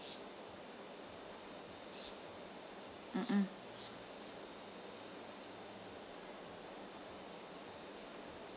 mm mm